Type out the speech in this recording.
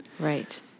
Right